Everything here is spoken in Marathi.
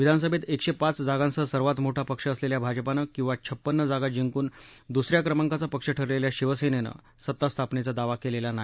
विधानसभेत एकशे पाच जागांसह सर्वांत मोठा पक्ष असलेल्या भाजपनं किंवा छप्पन्न जागा जिंकून दुसऱ्या क्रमांकाचा पक्ष ठरलेल्या शिवसेनेनं सत्ता स्थापनेचा दावा केलेला नाही